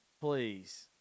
please